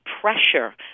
pressure